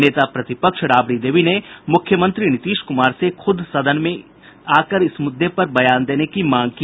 नेता प्रतिपक्ष राबड़ी देवी ने मुख्यमंत्री नीतीश कुमार से खुद सदन में इस मुद्दे पर बयान देने की मांग की